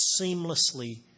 seamlessly